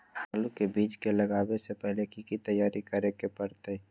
आलू के बीज के लगाबे से पहिले की की तैयारी करे के परतई?